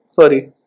Sorry